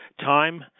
time